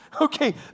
Okay